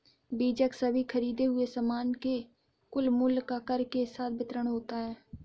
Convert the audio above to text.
बीजक सभी खरीदें हुए सामान के कुल मूल्य का कर के साथ विवरण होता है